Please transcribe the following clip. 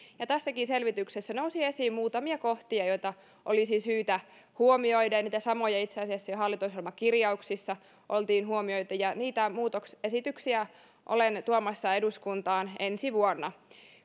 tässäkin selvityksessä nousi esiin muutamia kohtia joita olisi syytä huomioida niitä samoja itse asiassa jo hallitusohjelmakirjauksissa oltiin huomioitu ja niitä muutosesityksiä olen tuomassa eduskuntaan ensi vuonna